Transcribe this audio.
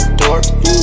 dork